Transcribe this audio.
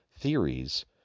theories